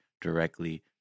directly